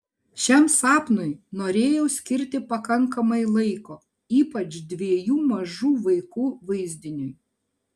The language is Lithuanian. šiam sapnui norėjau skirti pakankamai laiko ypač dviejų mažų vaikų vaizdiniui